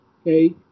okay